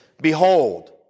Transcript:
Behold